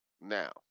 Now